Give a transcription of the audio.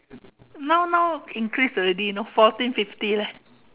now now increase already you know fourteen fifty leh